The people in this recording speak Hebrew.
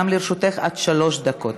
גם לרשותך עד שלוש דקות.